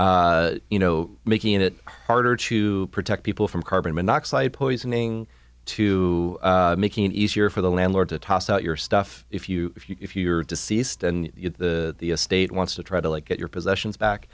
you know making it harder to protect people from carbon monoxide poisoning to making it easier for the landlord to toss out your stuff if you if you if you're deceased and the state wants to try to like get your possessions back